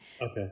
Okay